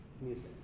music